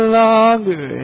longer